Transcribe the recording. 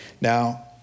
Now